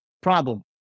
problem